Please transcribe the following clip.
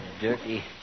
dirty